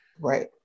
Right